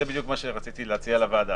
זה בדיוק מה שרציתי להציע לוועדה,